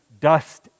dust